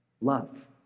love